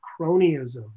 cronyism